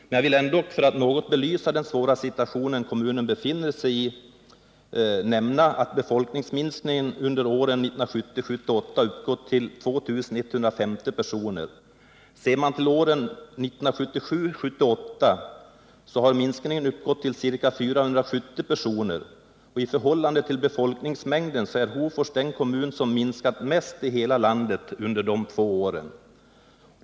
Men jag vill ändå, för att något belysa den svåra situation kommunen befinner sig i, nämna att befolkningsminskningen under åren 1970-1978 uppgått till 2 150 personer. Under åren 1977 och 1978 har minskningen uppgått till ca 470 personer. I förhållande till befolkningsmängden är Hofors den kommun som minskat mest i hela landet under de två åren.